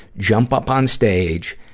jump up on stage,